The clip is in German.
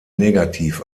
negativ